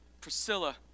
Priscilla